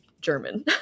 German